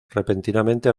repentinamente